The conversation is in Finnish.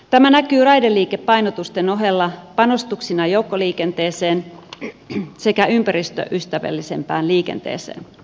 tämä näkyy raideliikennepainotusten ohella panostuksina joukkoliikenteeseen sekä ympäristöystävällisempään liikenteeseen